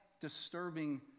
disturbing